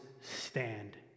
stand